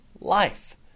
life